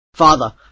Father